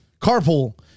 Carpool